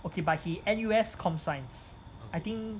okay but he N_U_S com science I think